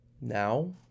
now